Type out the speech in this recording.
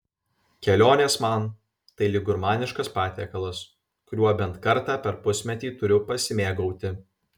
kelionės man tai lyg gurmaniškas patiekalas kuriuo bent kartą per pusmetį turiu pasimėgauti